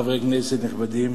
חברי כנסת נכבדים,